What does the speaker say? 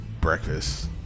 breakfast